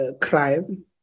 crime